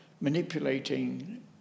manipulating